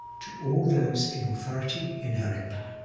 to all those in authority in her empire.